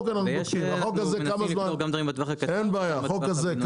ויש איזה שהוא נתיב לפתור דברים בחוק הקצר -- בסדר בוא נראה,